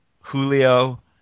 Julio